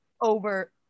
over